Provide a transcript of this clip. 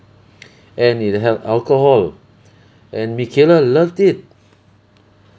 and it had alcohol and mikaela loved it